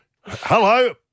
Hello